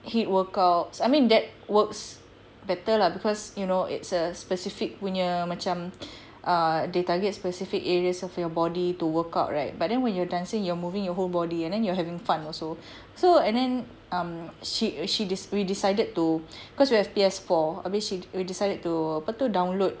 HIIT workouts I mean that works better lah because you know it's a specific punya macam err they target specific areas of your body to workout right but then when you're dancing you're moving your whole body and then you are having fun also so and then um she she we decided to because we have P_S four I mean she we decided to apa tu download